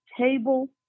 table